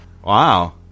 Wow